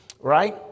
Right